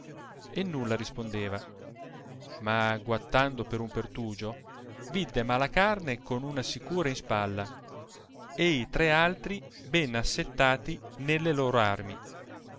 e nulla rispondeva ma guattaudo per un pertugio vidde malacarne con una sicure in spalla e i tre altri ben assettati nelle lor armi